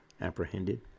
apprehended